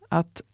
att